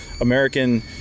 American